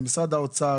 למשרד האוצר,